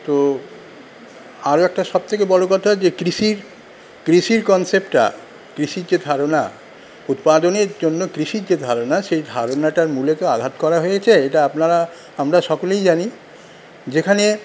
তো আরও একটা সব থেকে বড় কথা যে কৃষির কৃষির কনসেপ্টটা কৃষির যে ধারণা উৎপাদনের জন্য কৃষির যে ধারণা সেই ধারণাটা মূলে তো আঘাত করা হয়েছে এটা আপনারা আমরা সকলেই জানি যেখানে